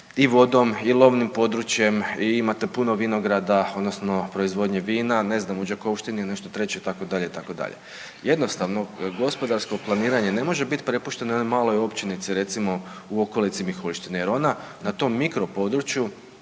i vodom i lovnim područjem i imate puno vinograda odnosno proizvodnje vina, ne znam u Đakovštini je nešto treće itd., itd. jednostavno gospodarsko planiranje ne može biti prepušteno jednoj maloj općinici recimo u okolici Miholjštine jer ona na tom mikro području